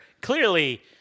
clearly